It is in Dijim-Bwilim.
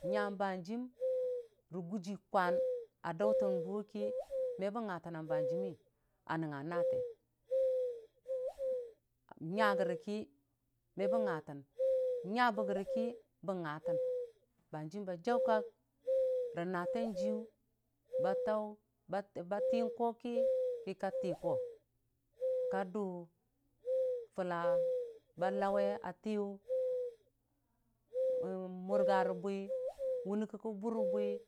n'nya hanjiim rə gujii kwan a dautən bʊwe ki me bən nga təna hanjiim a nəngnga naate n'nya gəriki me bən ngatən n'nyabə gəriki bə ngatən banjim ba jaukak rə naata jiiyʊ batau batin koki kəka tii ko ka dʊ fulla balawe a tiiyʊ n'murga rə bwi wʊni ki kə bure bwi.